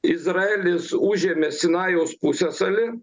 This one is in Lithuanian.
izraelis užėmė sinajaus pusiasalį